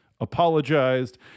apologized